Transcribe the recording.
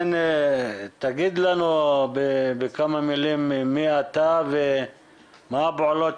תגיד לנו בכמה מילים מי אתה ומה הפעולות